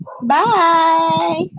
Bye